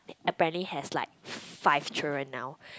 apparently has like five children now